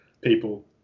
people